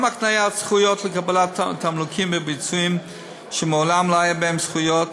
גם הקניית זכויות לקבלת תמלוגים בביצועים שמעולם לא היו בהם זכויות,